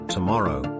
Tomorrow